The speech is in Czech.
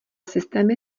systémy